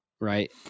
right